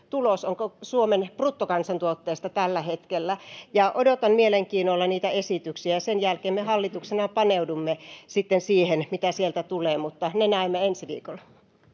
tulos on suomen bruttokansantuotteesta tällä hetkellä odotan mielenkiinnolla niitä esityksiä sen jälkeen me hallituksena paneudumme siihen mitä sieltä tulee mutta ne näemme ensi viikolla